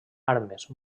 armes